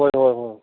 ꯍꯣꯏ ꯍꯣꯏ ꯍꯣꯏ